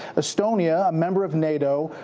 estonia, a member of nato,